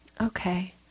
Okay